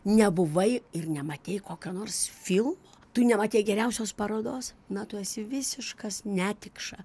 nebuvai ir nematei kokio nors film tu nematei geriausios parodos na tu esi visiškas netikša